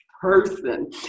person